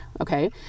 Okay